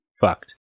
fucked